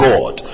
God